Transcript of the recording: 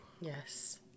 Yes